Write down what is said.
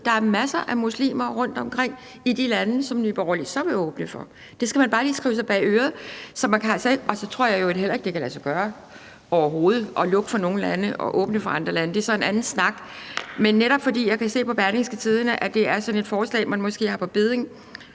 der er masser af muslimer rundtomkring i de lande, som Nye Borgerlige så vil åbne for. Det skal man bare lige skrive sig bag øret. Og så tror jeg i øvrigt heller ikke, at det overhovedet kan lade sig gøre at lukke for nogle lande og åbne for andre lande – det er så en anden snak. Men netop fordi jeg kan se på Berlingske, at det er et forslag, man måske har på bedding